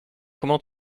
comment